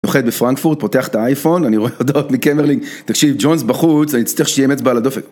נוחת בפרנקפורט, פותח את האייפון, אני רואה אודות מקמרלינג, תקשיב, ג'ונס בחוץ, אני צריך שיהיה אמץ בעל הדופק.